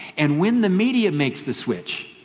and when the media makes the switch